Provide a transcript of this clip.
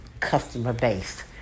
customer-based